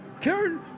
Karen